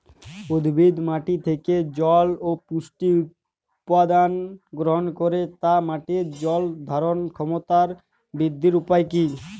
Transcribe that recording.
উদ্ভিদ মাটি থেকে জল ও পুষ্টি উপাদান গ্রহণ করে তাই মাটির জল ধারণ ক্ষমতার বৃদ্ধির উপায় কী?